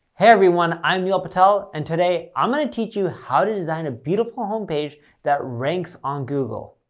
hey everyone, i'm neil patel, and today i'm going to teach you how to design a beautiful home page that ranks on google.